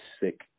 sick